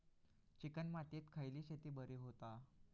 Chicken मातीत खयली शेती बरी होता?